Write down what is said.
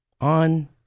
on